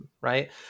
Right